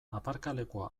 aparkalekua